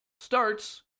starts